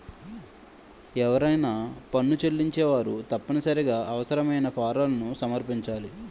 ఎవరైనా పన్ను చెల్లించేవారు తప్పనిసరిగా అవసరమైన ఫారాలను సమర్పించాలి